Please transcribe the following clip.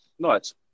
Nice